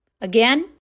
Again